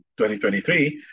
2023